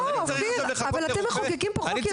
לא, אופיר אבל אתם מחוקקים פה חוק יסוד.